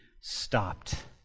stopped